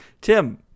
Tim